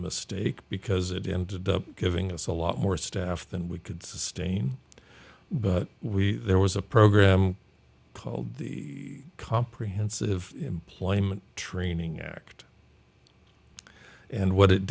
mistake because it ended up giving us a lot more staff than we could sustain but we there was a program called the comprehensive employment training act and what it